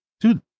Dude